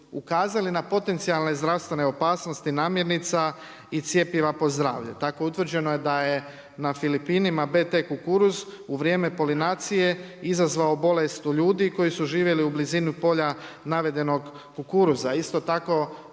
na potencijalne zdravstvene opasnosti namjernica i cjepiva po zdravlje. Tako, utvrđeno je da je na Filipinima BT kukuruz u vrijeme polinacije, izazvao bolest u ljudi koji su živjeli u blizini polja navedenog kukuruza.